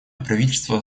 правительство